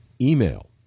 email